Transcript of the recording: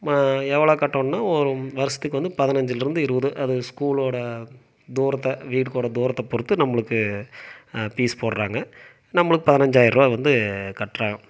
எவ்வளோ கட்றோம்னா ஒரு வருஷத்துக்கு வந்து பதினைஞ்சிலேருந்து இருபது அது ஸ்கூலோட தூரத்தை வீட்டுக்கோட தூரத்தை பொறுத்து நம்மளுக்கு ஃபீஸ் போட்டுறாங்க நம்மளுக்கு பதினைஞ்சாயிரம் ரூபா வந்து கட்றேன்